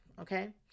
Okay